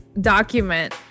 document